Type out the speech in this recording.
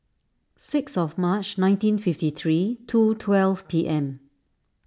six of March nineteen fifty three two twelve P M